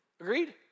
Agreed